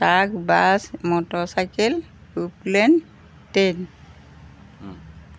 truck bus motorcycle aeroplane train